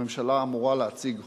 הממשלה אמורה להציג חוק.